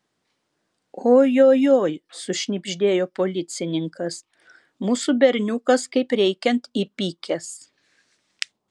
ojojoi sušnibždėjo policininkas mūsų berniukas kaip reikiant įpykęs